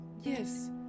Yes